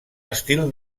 estil